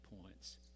points